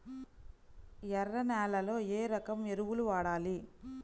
ఎర్ర నేలలో ఏ రకం ఎరువులు వాడాలి?